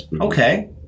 Okay